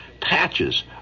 patches